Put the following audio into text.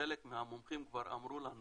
חלק מהמומחים כבר אמרו לנו